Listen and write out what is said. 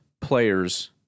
players